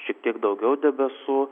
šiek tiek daugiau debesų